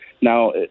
Now